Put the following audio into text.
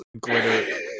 glitter